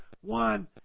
One